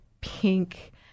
pink